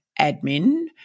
admin